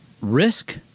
risk